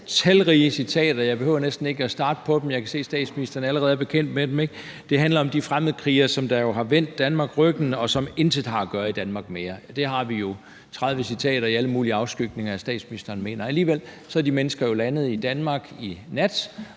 jo talrige citater. Jeg behøver næsten ikke at starte på dem. Jeg kan se, at statsministeren allerede er bekendt med dem, ikke? Det handler om de fremmedkrigere, som jo har vendt Danmark ryggen, og som intet har at gøre i Danmark mere. Det har vi jo 30 citater i alle mulige afskygninger med at statsministeren mener. Alligevel er de mennesker jo landet i Danmark i nat